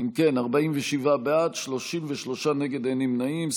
אם כן, 47 בעד, 33 נגד, אין נמנעים.